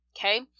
Okay